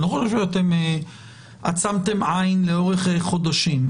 אני לא חושב שעצמתם עין לאורך חודשים.